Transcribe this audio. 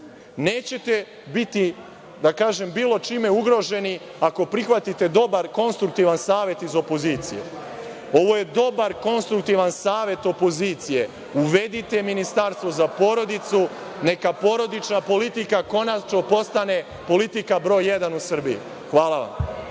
kažem, bilo čime ugroženi ako prihvatite dobar, konstruktivan savet iz opozicije. Ovo je dobar, konstruktivan savet opozicije, uvedite ministarstvo za porodicu, neka porodična politika konačno postane politika broj jedan u Srbiji. Hvala vam.